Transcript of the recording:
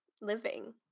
living